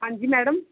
ਹਾਂਜੀ ਮੈਡਮ